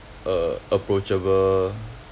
uh approachable